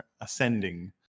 Ascending